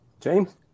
James